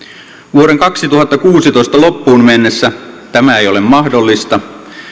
vuoden kaksituhattakuusitoista loppuun mennessä tämä ei ole mahdollista